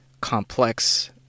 complex